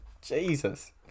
Jesus